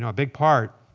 um big part.